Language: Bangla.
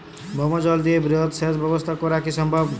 ভৌমজল দিয়ে বৃহৎ সেচ ব্যবস্থা করা কি সম্ভব?